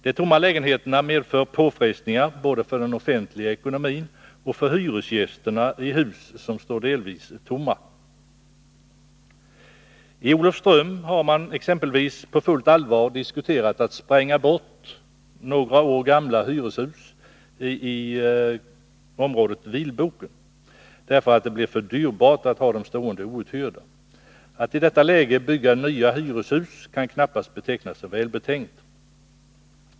De tomma lägenheterna medför påfrestningar både för den offentliga ekonomin och för hyresgästerna i hus som står delvis tomma. I Olofström har man exempelvis på fullt allvar diskuterat att spränga bort några år gamla hyreshus i området Vilboken, därför att det blir för dyrbart att ha dem stående outhyrda. Att i detta läge bygga nya hyreshus kan knappast betecknas som välbetänkt.